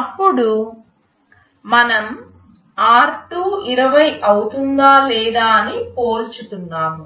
అప్పుడు మనం r2 20 అవుతుందా లేదా అని పోల్చుతున్నాము